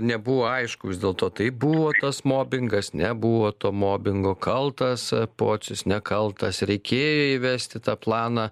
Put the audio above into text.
nebuvo aišku vis dėlto tai buvo tas mobingas nebuvo to mobingo kaltas pocius nekaltas reikėjo įvesti tą planą